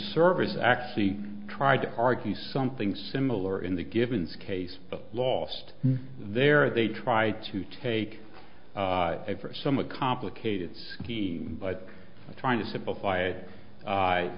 service actually tried to argue something similar in the givens case lost their they try to take a somewhat complicated scheme but trying to simplify i